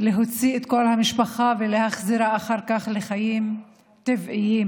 להוציא את כל המשפחה ולהחזירה אחר כך לחיים טבעיים,